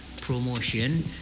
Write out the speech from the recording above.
Promotion